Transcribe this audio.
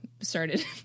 started